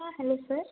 ಹಾಂ hello sir